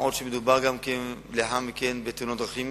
מה גם שמדובר לאחר מכן בתאונות דרכים